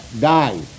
die